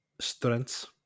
strengths